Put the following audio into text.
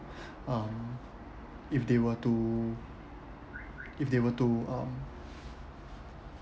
um if they were to if they were to um